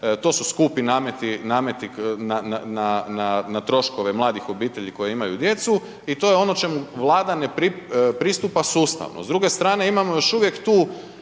to su skupi nameti na troškove mladih obitelji koje imaju djecu. I to je ono čemu Vlada ne pristupa sustavno s druge strane imamo još uvijek tu